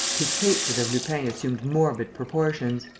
his hatred of lupin assumed morbid proportions.